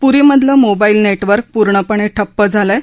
पुरीमधलं mobile network पूर्णपणे ठप्प झालं आहे